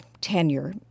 tenure